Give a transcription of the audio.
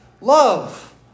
love